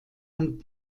und